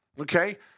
Okay